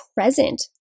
present